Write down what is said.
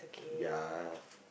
ya